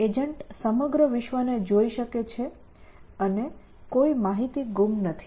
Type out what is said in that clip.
agent સમગ્ર વિશ્વને જોઈ શકે છે અને કોઈ માહિતી ગુમ નથી